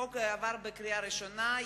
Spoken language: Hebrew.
החוק עבר בקריאה ראשונה,